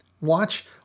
Watch